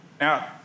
Now